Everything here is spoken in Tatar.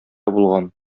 булган